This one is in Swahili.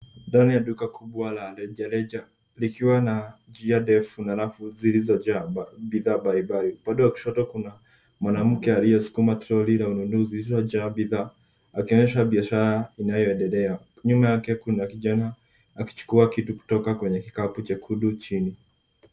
Ndani ya duka kubwa la rejareja likiwa na gia ndefu na rafu zilizojaa Kwa bidhaa mbalimbali. Upande wa kushoto Kuna mwanamke aliyesukuma troli la ununuzi zilizojaa bidhaa akionyesha biashara inayoendelea. Nyuma yake kuna kijana akichukua kitu kutoka kwenye kikapu chekundu chenye.